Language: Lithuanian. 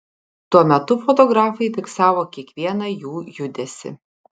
tuo metu fotografai fiksavo kiekvieną jų judesį